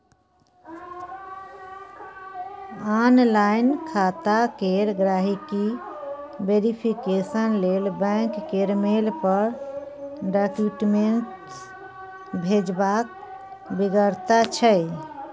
online खाता केर गांहिकी वेरिफिकेशन लेल बैंक केर मेल पर डाक्यूमेंट्स भेजबाक बेगरता छै